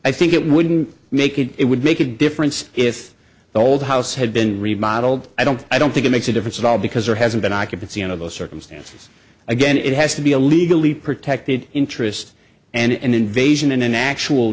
i think it wouldn't make it it would make a difference if the old house had been remodeled i don't i don't think it makes a difference at all because there hasn't been occupancy of those circumstances again it has to be a legally protected interest and an invasion and an actual